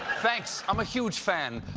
thanks! i'm a huge fan.